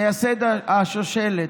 מייסד השושלת.